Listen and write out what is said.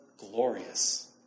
glorious